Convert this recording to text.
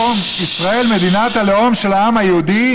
"ישראל, מדינת הלאום של העם היהודי"